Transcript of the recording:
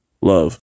Love